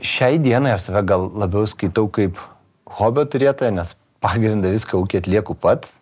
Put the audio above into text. šiai dienai aš save gal labiau skaitau kaip hobio turėtoją nes pagrindą viską ūky atlieku pats